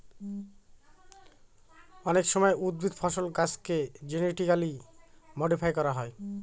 অনেক সময় উদ্ভিদ, ফসল, গাছেকে জেনেটিক্যালি মডিফাই করা হয়